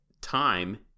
time